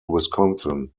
wisconsin